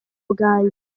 bwanjye